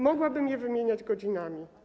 Mogłabym je wymieniać godzinami.